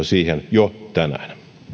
jo tänään